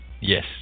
yes